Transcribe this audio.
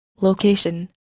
Location